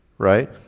Right